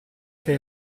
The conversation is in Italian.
che